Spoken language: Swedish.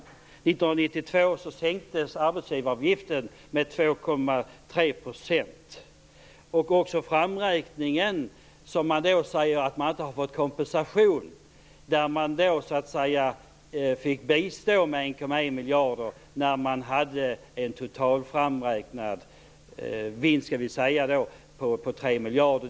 1992 sänktes arbetsgivaravgiften med 2,3 %. Man säger att man inte har fått kompensation, men vi fick bistå med 1,1 miljarder. Den totala vinsten beräknades till 3 miljarder.